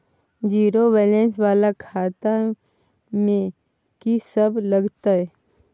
Zero balance वाला खाता में की सब लगतै?